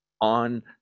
on